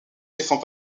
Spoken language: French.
défend